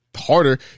harder